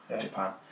Japan